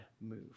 move